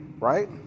right